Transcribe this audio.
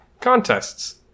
Contests